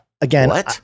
again